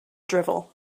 drivel